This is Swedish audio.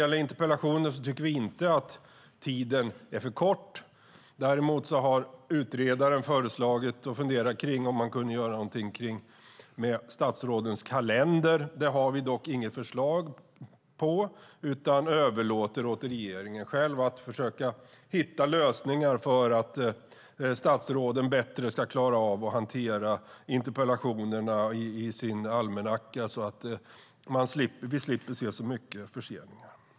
För interpellationerna tycker vi inte att tiden är för kort. Däremot har utredaren lagt fram förslag och funderat över om det går att göra något åt statsrådens kalendrar. Där har vi dock inget förslag, utan vi överlåter åt regeringen själv att försöka hitta lösningar så att statsråden bättre klarar av att hantera interpellationerna i sina almanackor så att vi slipper så många förseningar.